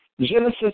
Genesis